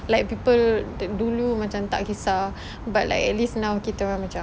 like people dulu macam tak kesah but like at least now kita orang macam